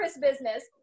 business